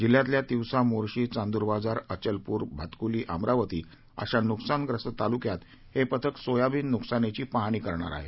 जिल्ह्यातल्या तिवसा मोर्शीघांद्रबाजार अचलपूर भातकुलीअमरावती अशा नुकसानग्रस्त तालुक्यात हे पथक सोयाबीन नुकसानीधी पाहणी करणार आहे